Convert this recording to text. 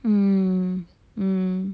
mm mm